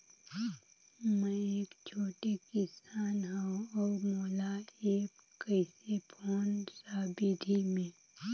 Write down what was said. मै एक छोटे किसान हव अउ मोला एप्प कइसे कोन सा विधी मे?